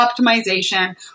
optimization